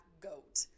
goat